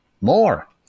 more